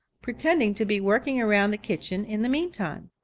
pretending to be working around the kitchen in the meantime.